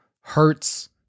hurts